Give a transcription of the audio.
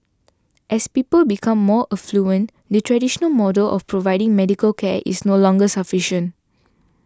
as people become more affluent the traditional model of providing medical care is no longer sufficient